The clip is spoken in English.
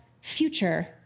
future